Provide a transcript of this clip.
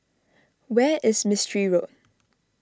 where is Mistri Road